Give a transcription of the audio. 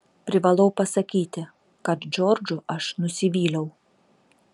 privalau pasakyti kad džordžu aš nusivyliau